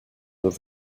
that